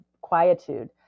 quietude